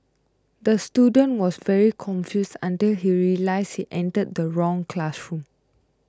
the student was very confused until he realised he entered the wrong classroom